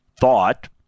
thought